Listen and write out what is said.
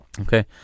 Okay